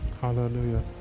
Hallelujah